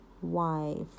wife